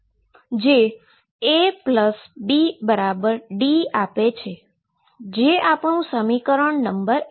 જે A Bik αD આપે છે જે આપણું સમીકરણ નંબર 2 છે